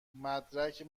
مدرک